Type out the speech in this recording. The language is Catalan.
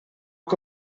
que